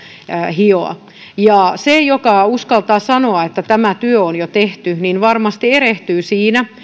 hioa ja se joka uskaltaa sanoa että tämä työ on jo tehty varmasti erehtyy siinä